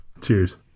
Cheers